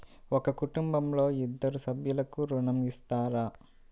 ఒక కుటుంబంలో ఇద్దరు సభ్యులకు ఋణం ఇస్తారా?